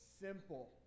simple